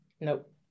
Nope